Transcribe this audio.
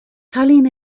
cailín